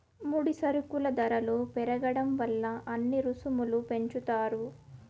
ముడి సరుకుల ధరలు పెరగడం వల్ల అన్ని రుసుములు పెంచుతారు